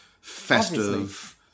Festive